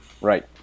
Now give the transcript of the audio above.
Right